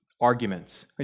arguments